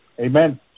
Amen